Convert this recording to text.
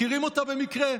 מכירים אותה במקרה?